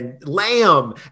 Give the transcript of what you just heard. Lamb